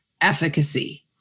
efficacy